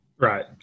Right